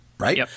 Right